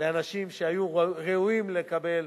של אנשים שהיו ראויים לקבל,